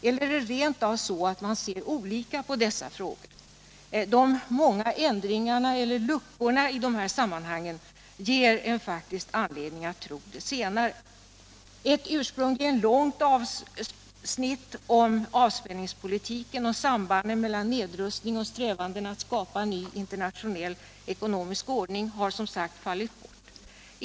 Eller är det rent av så att man ser olika på dessa frågor? De många ändringarna eller luckorna i det här sammanhanget ger en faktiskt anledning att tro det senare. Ett ursprungligen långt avsnitt om avspänningspolitiken och sambandet mellan nedrustningen och strävandena att skapa en ny internationell ekonomisk ordning har som sagt fallit bort.